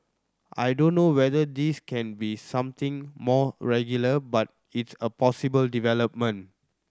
I don't know whether this can be something more regular but it's a possible development